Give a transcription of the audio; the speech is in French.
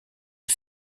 est